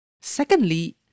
Secondly